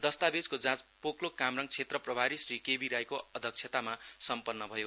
दस्तावेजको जाँच पोकलोक कामराङ क्षेत्र प्रभारि श्री केबी राईको अध्यक्षतामा सम्पन्न भयो